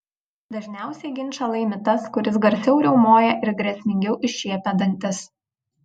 dažniausiai ginčą laimi tas kuris garsiau riaumoja ir grėsmingiau iššiepia dantis